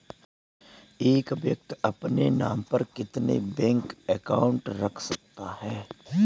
एक व्यक्ति अपने नाम पर कितने बैंक अकाउंट रख सकता है?